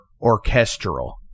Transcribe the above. orchestral